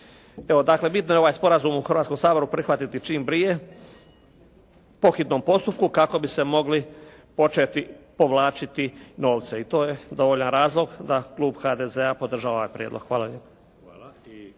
Evo, dakle bitno je ovaj sporazum u Hrvatskom saboru prihvatiti čim prije po hitnom postupku kako bi se mogli početi povlačiti novce. I to je dovoljan razlog da klub HDZ podržava ovaj prijedlog. Hvala